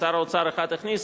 שר אוצר אחד הכניס,